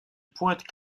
pointe